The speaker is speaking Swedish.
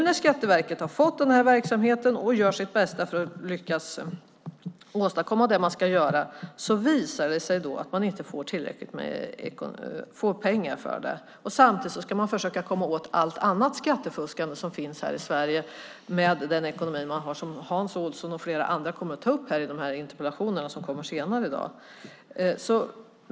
När Skatteverket nu har fått den här verksamheten och gör sitt bästa för att lyckas åstadkomma det man ska göra visar det sig att man inte får pengar för det. Samtidigt ska man försöka komma åt allt annat skattefuskande som finns här i Sverige med den ekonomi man har, som Hans Olsson och flera andra kommer att ta upp i de interpellationsdebatter som kommer senare i dag.